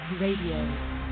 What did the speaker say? Radio